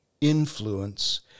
influence